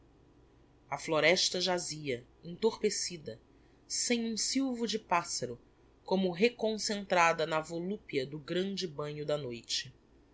a floresta jazia entorpecida sem um silvo de passaro como reconcentrada na volupia do grande banho da noite